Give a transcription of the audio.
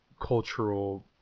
cultural